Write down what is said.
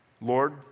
Lord